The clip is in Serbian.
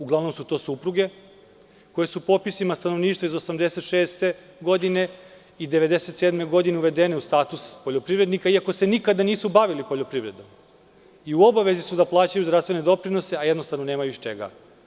Uglavnom su to supruge koje su popisima stanovništva iz 1986. godine i 1997. godine uvedene u status poljoprivrednika, iako se nikada nisu bavili poljoprivredom i obavezi su da plaćaju zdravstvene doprinose, a nemaju iz čega.